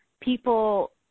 people